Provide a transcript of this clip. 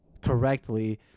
correctly –